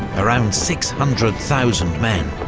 around six hundred thousand men,